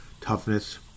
toughness